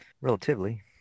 Relatively